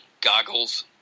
goggles